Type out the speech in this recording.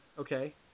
Okay